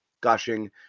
gushing